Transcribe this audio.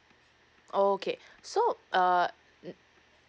orh okay so uh